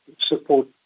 support